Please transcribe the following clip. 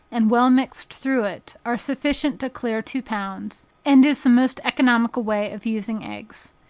and well mixed through it, are sufficient to clear two pounds, and is the most economical way of using eggs.